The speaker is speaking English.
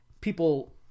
people